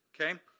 okay